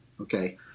Okay